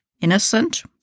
innocent